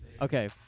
Okay